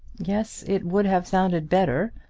yes it would have sounded better,